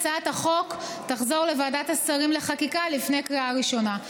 הצעת החוק תחזור לוועדת השרים לחקיקה לפני קריאה ראשונה.